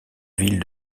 ville